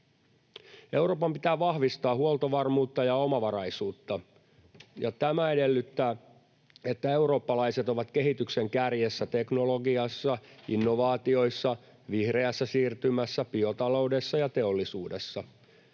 Euroopan pitää vahvistaa huoltovarmuutta ja omavaraisuutta, ja tämä edellyttää, että eurooppalaiset ovat kehityksen kärjessä teknologiassa, innovaatioissa, vihreässä siirtymässä, biotaloudessa ja teollisuudessa.